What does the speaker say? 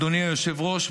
אדוני היושב-ראש,